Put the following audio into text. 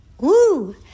woo